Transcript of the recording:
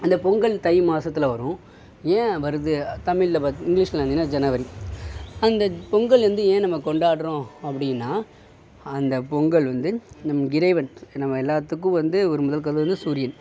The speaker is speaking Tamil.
அந்த பொங்கல் தை மாதத்துல வரும் ஏன் வருது தமிழில் பாத் இங்லீஷ்சில் பார்த்திங்கனா ஜனவரி அந்த பொங்கல் வந்து ஏன் நம்ம கொண்டாடுறோம் அப்படினா அந்த பொங்கல் வந்து நம் இறைவன் நம்ம எல்லாத்துக்கும் வந்து ஒரு முதல் கடவுள் வந்து சூரியன்